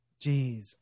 Jeez